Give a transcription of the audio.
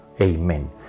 Amen